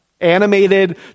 animated